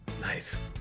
Nice